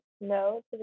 no